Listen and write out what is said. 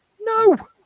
No